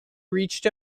reached